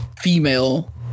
female